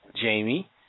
Jamie